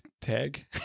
tag